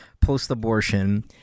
post-abortion